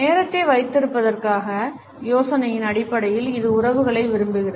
நேரத்தை வைத்திருப்பதற்கான யோசனையின் அடிப்படையில் இது உறவுகளை விரும்புகிறது